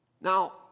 Now